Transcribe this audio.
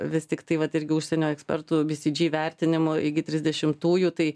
vis tiktai vat irgi užsienio ekspertų bi si dži vertinimu iki trisdešimtųjų tai